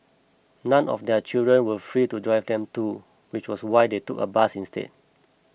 none of their children were free to drive them to which was why they took a bus instead